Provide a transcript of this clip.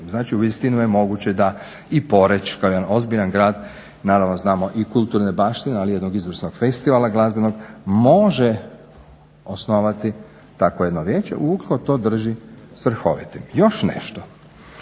Znači uistinu je moguće da i Poreč kao jedan ozbiljan grad naravno znamo i kulturne baštine ali i jednog izvrsnog festivala glazbenog može osnovati takvo jedno vijeće ukoliko to drži svrhovitim. Još nešto,